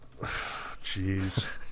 Jeez